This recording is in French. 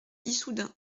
issoudun